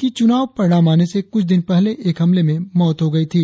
की चुनाव परिणाम आने से कुछ दिन पहले एक हमले मे मौत हो गई थी